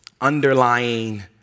underlying